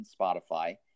Spotify